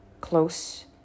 close